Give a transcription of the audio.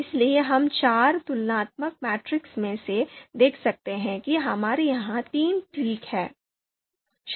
इसलिए हम चार तुलनात्मक मैट्रिक्स में से देख सकते हैं कि हमारे यहां तीन ठीक हैं